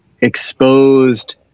exposed